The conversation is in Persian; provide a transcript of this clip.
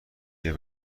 بیا